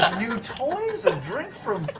um new toys and drink from